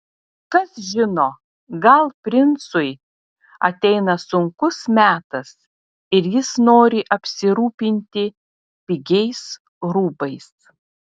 kas žino gal princui ateina sunkus metas ir jis nori apsirūpinti pigiais rūbais